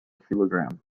kilogram